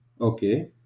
Okay